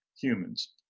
humans